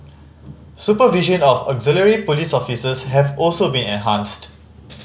supervision of auxiliary police officers have also been enhanced